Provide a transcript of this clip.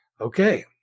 Okay